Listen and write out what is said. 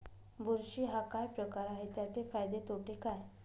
बुरशी हा काय प्रकार आहे, त्याचे फायदे तोटे काय?